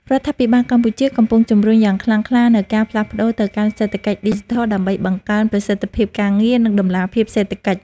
រដ្ឋាភិបាលកម្ពុជាកំពុងជំរុញយ៉ាងខ្លាំងក្លានូវការផ្លាស់ប្តូរទៅកាន់សេដ្ឋកិច្ចឌីជីថល ដើម្បីបង្កើនប្រសិទ្ធភាពការងារ និងតម្លាភាពសេដ្ឋកិច្ច។